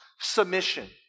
submission